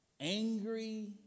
angry